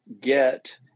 get